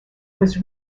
was